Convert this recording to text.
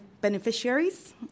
beneficiaries